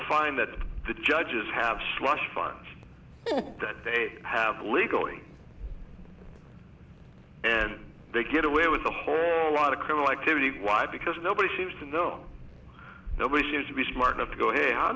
find that the judges have slush funds that they have illegally and they get away with a whole lot of criminal activity why because nobody seems to know nobody seems to be smart enough to go ahead how